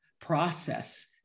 process